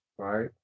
Right